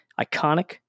Iconic